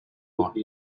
lot